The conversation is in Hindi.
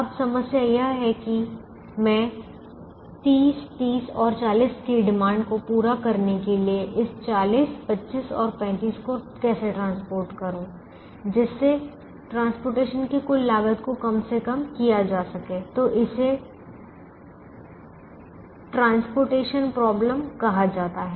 अब समस्या यह है कि मैं 30 30 और 40 की डिमांड को पूरा करने के लिए इस 40 25 और 35 को कैसे परिवहन करें जिससे परिवहन की कुल लागत को कम से कम किया जा सके तो इसे परिवहन समस्या कहा जाता है